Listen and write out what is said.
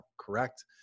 correct